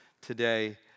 today